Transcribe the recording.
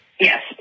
Yes